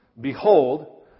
Behold